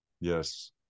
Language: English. yes